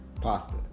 Pasta